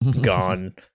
gone